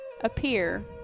appear